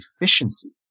efficiency